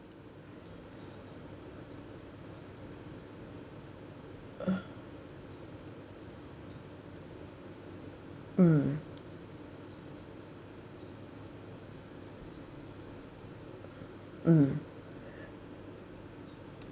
mm mm